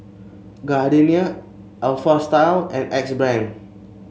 Gardenia Alpha Style and Axe Brand